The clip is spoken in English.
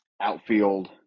outfield